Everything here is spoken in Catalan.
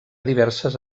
diverses